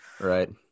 Right